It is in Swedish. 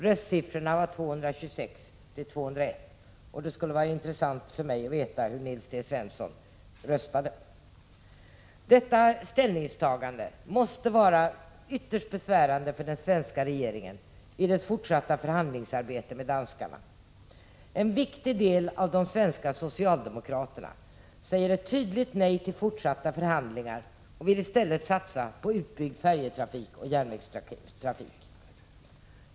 Röstsiffrorna var 226-201, och det skulle vara intressant för mig att veta hur Nils T Svensson röstade. Detta ställningstagande måste vara ytterst besvärande för den svenska regeringen i dess fortsatta förhandlingsarbete med danskarna. En viktig del av de svenska socialdemokraterna säger ett tydligt nej till fortsatta förhandlingar och vill i stället satsa på utbyggd färjetrafik och järnvägstrafik.